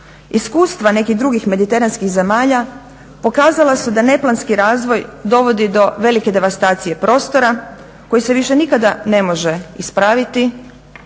Iskustva nekih drugih mediteranskih zemalja pokazala su da neplanski razvoj dovodi do velike devastacije prostora koji se više nikada ne može ispraviti